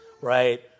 right